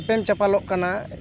ᱮᱯᱮᱢ ᱪᱟᱯᱟᱞᱚᱜ ᱠᱟᱱᱟ